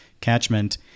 catchment